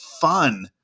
fun